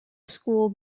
school